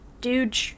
dude